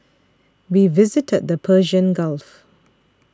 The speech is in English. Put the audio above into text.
we visited the Persian Gulf